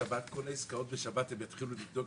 אתה עדיין תוכל להמשיך את העסקה ולעשות היפוך חיוב.